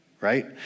right